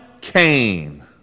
Cain